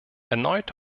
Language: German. erneut